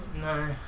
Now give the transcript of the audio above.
No